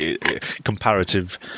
comparative